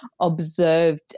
observed